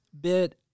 bit